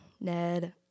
Ned